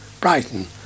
Brighton